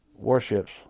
Warships